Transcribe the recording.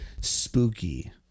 Spooky